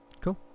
Cool